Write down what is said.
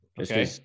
Okay